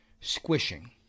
squishing